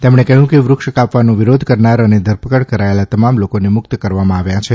તેમણે કહ્યું કે વૃક્ષ કાપવાનો વિરોધ કરનાર અને ધરપકડ કરાયેલા તમામ લોકોને મુક્ત કરવામાં આવ્યા છે